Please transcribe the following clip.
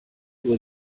uhr